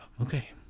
Okay